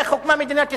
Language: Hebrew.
איך הוקמה מדינת ישראל,